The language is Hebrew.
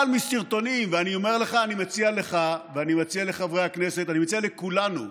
אבל אני מציע לך ואני מציע לחברי הכנסת ואני מציע לכולנו,